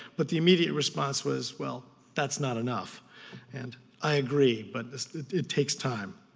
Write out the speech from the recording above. but the immediate response was well that's not enough and i agree, but it takes time.